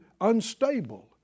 unstable